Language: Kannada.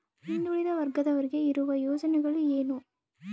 ಹಿಂದುಳಿದ ವರ್ಗದವರಿಗೆ ಇರುವ ಯೋಜನೆಗಳು ಏನು?